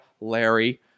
Larry